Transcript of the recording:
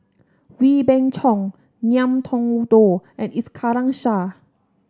Wee Beng Chong Ngiam Tong Dow and Iskandar Shah